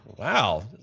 Wow